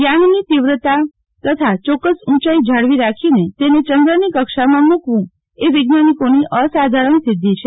યાનની તીવ્રતા તથા ચોક્કસ ઉંચાઈ જાળવી રાખીને તેને ચંદ્રની કક્ષામાં મુકવુ એ વૈજ્ઞાનિકોની અસાધારણ સિધ્ધી છે